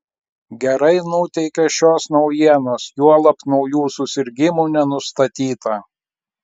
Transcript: gerai nuteikia šios naujienos juolab naujų susirgimų nenustatyta